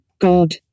God